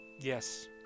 Yes